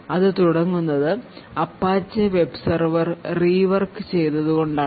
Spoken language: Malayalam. ഇതു തുടങ്ങുന്നത് അപ്പാച്ചെ വെബ് സെർവർ റീവർക് ചെയ്ത് കൊണ്ടാണ്